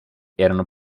erano